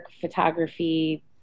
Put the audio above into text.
photography